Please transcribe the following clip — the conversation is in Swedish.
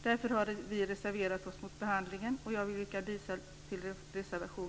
Därför har vi reserverat oss mot behandlingen, och jag yrkar bifall till reservation